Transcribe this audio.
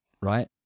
Right